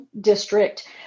district